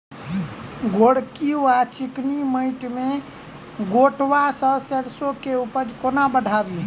गोरकी वा चिकनी मैंट मे गोट वा सैरसो केँ उपज कोना बढ़ाबी?